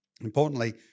Importantly